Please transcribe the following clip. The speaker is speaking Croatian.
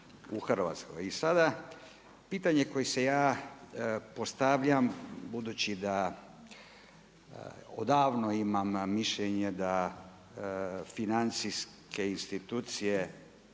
u Hrvatskoj. I sada pitanje koje si ja postavljam budući da odavno imam mišljenje da financijske institucije